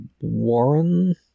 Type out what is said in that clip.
Warren